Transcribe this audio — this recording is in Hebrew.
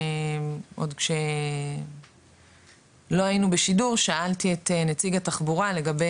עוד כשלא היינו בשידור שאלתי את נציג התחבורה לגבי